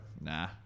Nah